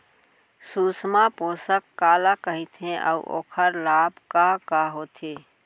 सुषमा पोसक काला कइथे अऊ ओखर लाभ का का होथे?